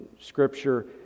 Scripture